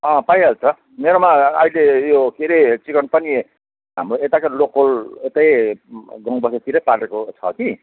अँ पाइहाल्छ मेरोमा अहिले यो के अरे चिकन पनि हाम्रो यताकै लोकल यतै गाउँबस्तीतिरै पालेको छ कि